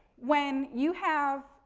when you have,